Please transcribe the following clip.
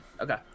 Okay